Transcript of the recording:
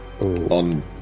on